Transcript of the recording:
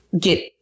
get